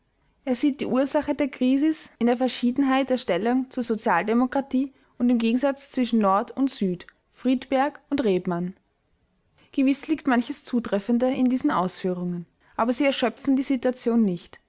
er sieht die ursache der krisis in der verschiedenheit der stellung zur sozialdemokratie und im gegensatz zwischen nord und süd friedberg und rebmann gewiß liegt manches zutreffende in diesen ausführungen aber sie erschöpfen die situation nicht